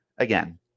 Again